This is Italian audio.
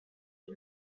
del